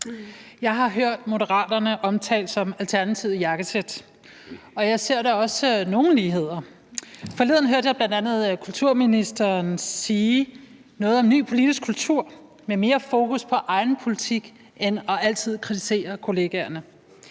Jeg har hørt Moderaterne omtalt som Alternativet i jakkesæt, og jeg ser da også nogle ligheder. Forleden hørte jeg bl.a. kulturministeren sige noget om en ny politisk kultur med mere fokus på egen politik end altid at kritisere kollegaerne.